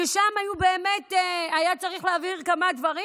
שם היה צריך להעביר כמה דברים?